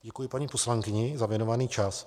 Děkuji paní poslankyni za věnovaný čas.